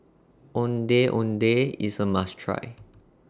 Ondeh Ondeh IS A must Try